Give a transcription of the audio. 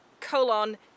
colon